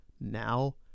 now